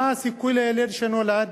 מה הסיכוי של ילד שנולד